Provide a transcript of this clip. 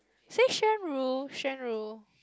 say Shen ru Shen ru